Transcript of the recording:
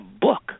book